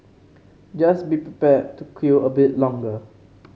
just be prepared to queue a bit longer